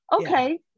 Okay